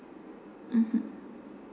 mmhmm